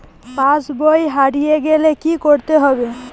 পাশবই হারিয়ে গেলে কি করতে হবে?